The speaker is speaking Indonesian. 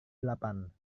delapan